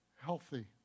healthy